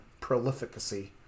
prolificacy